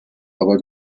aber